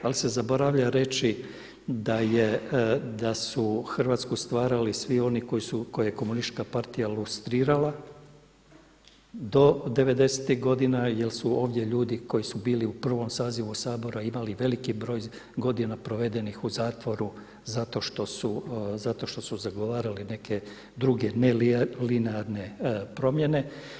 Ali se zaboravlja reći da je, da su Hrvatsku stvarali svi oni koji su, koje je Komunistička partija lustrirala do devedesetih godina jer su ovdje ljudi koji su bili u prvom sazivu Sabora imali veliki broj godina provedenih u zatvoru zato što su zagovarali neke druge nelinearne promjene.